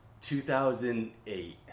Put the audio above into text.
2008